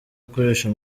akoresha